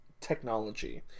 technology